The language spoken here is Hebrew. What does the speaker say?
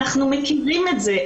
אנחנו מכירים את זה,